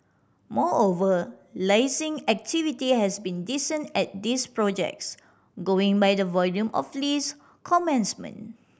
moreover leasing activity has been decent at these projects going by the volume of lease commencement